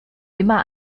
immer